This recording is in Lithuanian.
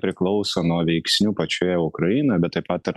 priklauso nuo veiksnių pačioje ukrainoj bet taip pat ir